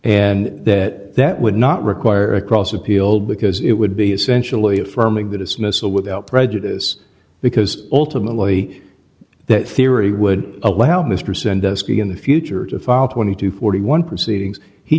and that that would not require across appeal because it would be essentially affirming the dismissal without prejudice because ultimately that theory would allow mr sandusky in the future to fall twenty to forty one proceedings he